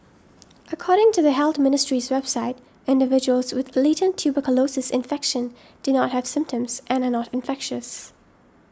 according to the Health Ministry's website individuals with latent tuberculosis infection do not have symptoms and are not infectious